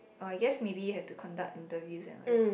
oh I guess maybe have to conduct interviews and all that